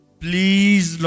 please